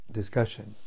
discussion